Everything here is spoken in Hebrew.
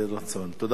תודה רבה.